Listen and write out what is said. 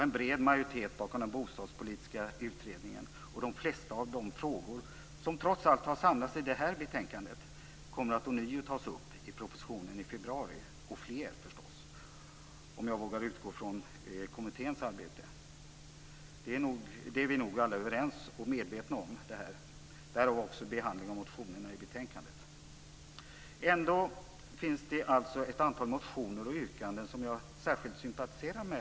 En bred majoritet stod bakom den bostadspolitiska utredningen. De flesta av de frågor som trots allt har samlats i det här betänkandet kommer att ånyo tas upp i propositionen i februari - och förstås fler, om jag vågar utgå från kommitténs arbete. Detta är vi nog alla både överens och medvetna om; därav behandlingen av motionerna i betänkandet. Det finns ett antal motioner och yrkanden som jag särskilt sympatiserar med.